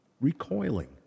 recoiling